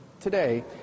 Today